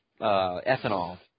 ethanol